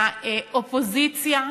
לאופוזיציה,